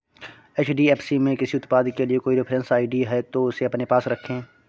HDFC में किसी उत्पाद के लिए कोई रेफरेंस आई.डी है, तो उसे अपने पास रखें